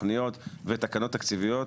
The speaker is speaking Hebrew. תכניות ותקנות תקציביות,